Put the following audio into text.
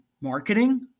marketing